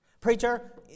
Preacher